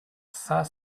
cinq